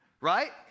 Right